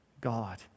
God